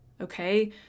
okay